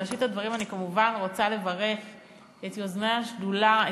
בראשית הדברים אני כמובן רוצה לברך את יוזמי השדולה,